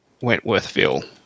Wentworthville